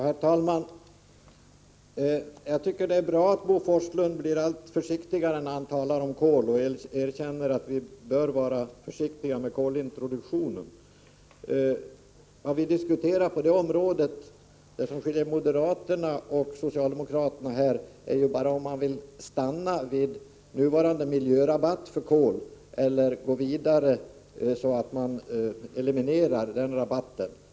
Herr talman! Jag tycker att det är bra att Bo Forslund blir allt försiktigare när han talar om kol. Han erkänner att vi bör vara försiktiga med kolintroduktionen. Det som här skiljer moderaterna och socialdemokraterna är bara huruvida man vill stanna vid nuvarande miljörabatt för kol eller om man vill gå vidare så att man eliminerar den rabatten.